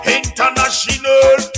international